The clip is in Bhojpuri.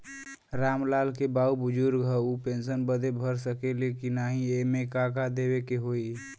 राम लाल के बाऊ बुजुर्ग ह ऊ पेंशन बदे भर सके ले की नाही एमे का का देवे के होई?